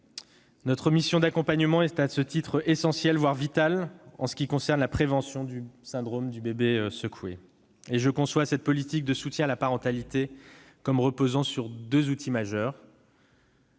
Notre mission d'accompagnement est à ce titre essentielle, voire vitale en ce qui concerne la prévention du syndrome du bébé secoué. Je conçois cette politique de soutien à la parentalité comme reposant sur deux outils majeurs